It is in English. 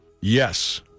Yes